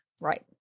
Right